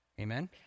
Amen